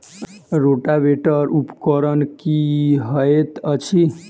Rotavator उपकरण की हएत अछि?